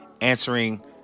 answering